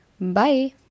Bye